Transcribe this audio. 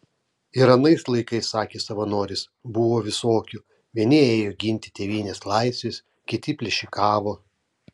ir anais laikais sakė savanoris buvo visokių vieni ėjo ginti tėvynės laisvės kiti plėšikavo